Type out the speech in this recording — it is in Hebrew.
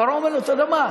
פרעה אומר לו: אתה יודע מה?